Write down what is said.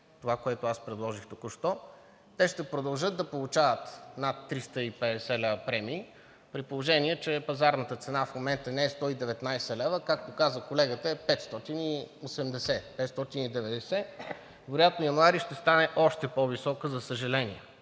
те ще продължат да получават над 350 лв. премии, при положение че пазарната цена в момента не е 119 лв., а както каза колегата, е 580 – 590 лв., а вероятно януари ще стане още по-висока, за съжаление.